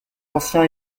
anciens